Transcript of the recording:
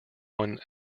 one